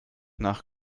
nach